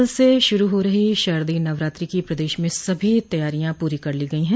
कल से शुरू हो रही शारदीय नवरात्रि की प्रदेश में सभी तैयारियां पूरी कर ली गई हैं